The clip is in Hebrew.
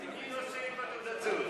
תספר לחברי הכנסת מי נושא אתו תעודת זהות.